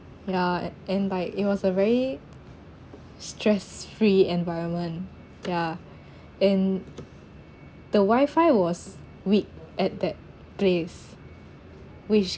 ya and like it was a very stress free environment ya and the wifi was weak at that place which